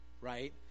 right